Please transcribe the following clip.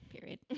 period